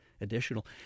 additional